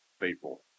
faithful